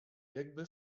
jakby